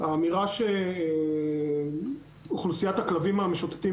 האמירה שאוכלוסיית הכלבים המשוטטים